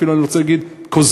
אפילו אני רוצה להגיד כוזבים,